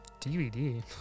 DVD